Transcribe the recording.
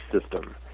system